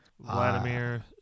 vladimir